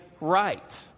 right